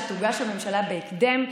שתוגש לממשלה בהקדם,